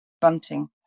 bunting